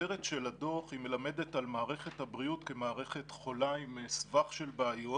הכותרת של הדוח מלמדת על מערכת הבריאות כמערכת חולה עם סבך של בעיות,